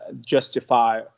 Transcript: justify